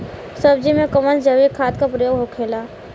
सब्जी में कवन जैविक खाद का प्रयोग होखेला?